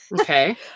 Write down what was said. Okay